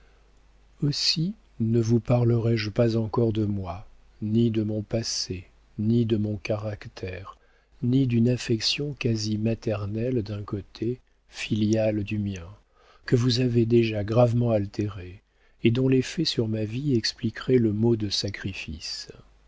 aussi ne vous parlerai-je pas encore de moi ni de mon passé ni de mon caractère ni d'une affection quasi maternelle d'un côté filiale du mien que vous avez déjà gravement altérée et dont l'effet sur ma vie expliquerait le mot de sacrifice